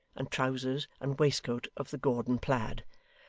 and trousers and waistcoat of the gordon plaid,